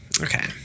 okay